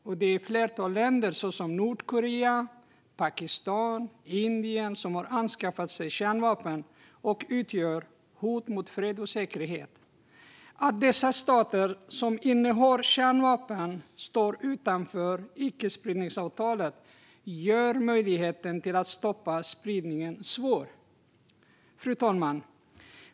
Ett flertal länder, såsom Nordkorea, Pakistan och Indien, har skaffat sig kärnvapen och utgör hot mot fred och säkerhet. Att dessa stater, som innehar kärnvapen, står utanför icke-spridningsavtalet gör det svårt att stoppa spridningen. Fru talman!